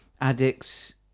addicts